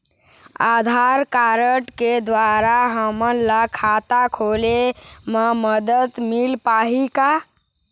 आधार card के द्वारा हमन ला खाता खोले म मदद मिल पाही का?